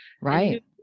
Right